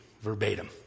verbatim